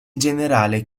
generale